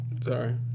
Sorry